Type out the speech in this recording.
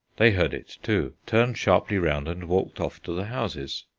they heard it too, turned sharply round and walked off to the houses.